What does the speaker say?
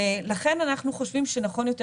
ולכן אנחנו חושבים שנכון יותר,